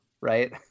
right